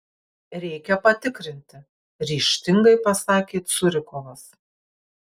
reikia patikrinti ryžtingai pasakė curikovas